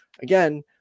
again